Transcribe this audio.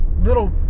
little